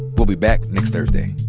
we'll be back next thursday